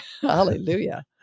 Hallelujah